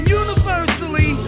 universally